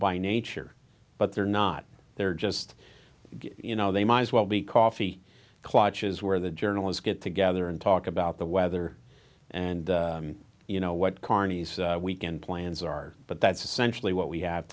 by nature but they're not they're just you know they might as well be coffee clutches where the journalists get together and talk about the weather and you know what carney's weekend plans are but that's essentially what we have